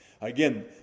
Again